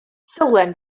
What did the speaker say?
sylwem